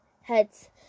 Heads